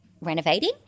renovating